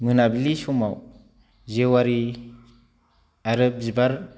मोनाबिलि समाव जेवारि आरो बिबारनि